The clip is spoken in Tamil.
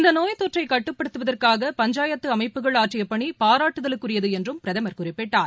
இந்தநோய் தொற்றைகட்டுப்டுத்துவதற்காக பஞ்சாயத்துஅமைப்புகள் ஆற்றியபனிபாராட்டுதலுக்குரியதுஎன்றும் பிரதமர் குறிப்பிட்டார்